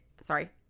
sorry